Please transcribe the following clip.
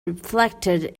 reflected